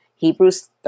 Hebrews